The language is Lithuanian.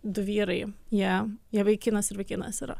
du vyrai jie jie vaikinas ir vaikinas yra